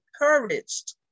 encouraged